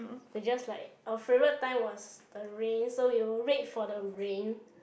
we just like our favourite time was the rain so we wait for the rain